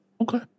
Okay